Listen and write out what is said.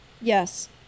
Yes